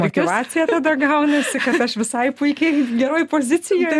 motyvacija tada gaunasi kad aš visai puikiai geroj pozicijoj